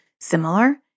similar